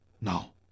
now